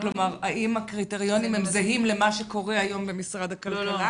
האם הקריטריונים זהים למה שקורה היום במשרד הכלכלה